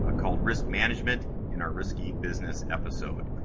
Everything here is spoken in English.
ah called risk management, in our risky business episode.